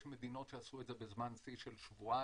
יש מדינות שעשו את זה בזמן שיא של שבועיים.